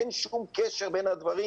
אין שום קשר בין הדברים.